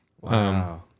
Wow